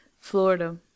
florida